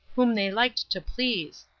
whom they liked to please.